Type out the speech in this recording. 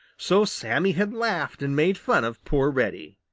so sammy had laughed and made fun of poor reddy.